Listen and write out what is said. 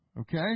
Okay